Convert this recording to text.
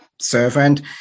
servant